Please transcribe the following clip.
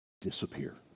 disappear